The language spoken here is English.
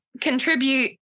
contribute